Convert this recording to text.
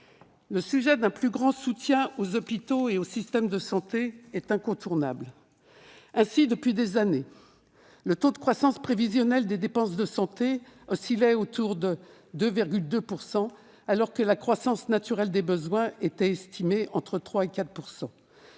Le sujet d'un plus grand soutien aux hôpitaux et au système de santé est incontournable. Ainsi, depuis des années, le taux de croissance prévisionnel des dépenses de santé oscillait autour de 2,2 %, alors que la croissance naturelle des besoins était estimée entre 3 % et 4 %.